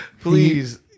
Please